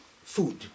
food